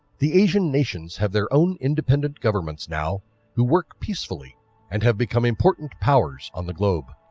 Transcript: the asian nations have their own independent governments now who work peacefully and have become important powers on the globe.